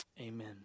Amen